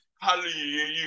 hallelujah